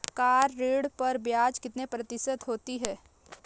Car ऋण पर ब्याज कितने प्रतिशत है?